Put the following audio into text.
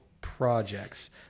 projects